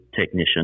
technician